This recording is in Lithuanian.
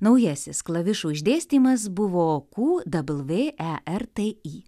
naujasis klavišų išdėstymas buvo ku dabl vė e r t i